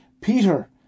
Peter